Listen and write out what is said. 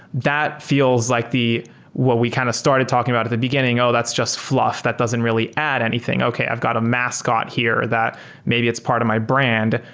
that feels like the what we kind of started talking about at the beginning, oh, that's just fluff. that doesn't really add anything. okay, i've got a mascot here that maybe it's part of my brand,